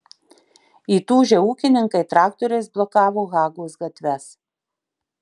įtūžę ūkininkai traktoriais blokavo hagos gatves